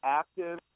active